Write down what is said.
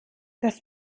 das